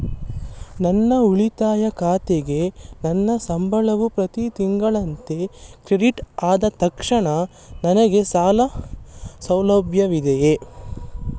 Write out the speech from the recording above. ನನ್ನ ಉಳಿತಾಯ ಖಾತೆಗೆ ನನ್ನ ಸಂಬಳವು ಪ್ರತಿ ತಿಂಗಳಿನಂತೆ ಕ್ರೆಡಿಟ್ ಆದ ಪಕ್ಷದಲ್ಲಿ ನನಗೆ ಸಾಲ ಸೌಲಭ್ಯವಿದೆಯೇ?